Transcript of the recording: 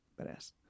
badass